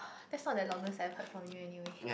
that's not the longest I have heard from you anyway